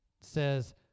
says